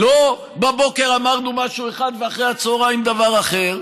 לא בבוקר אמרנו משהו אחד ואחרי הצוהריים דבר אחר.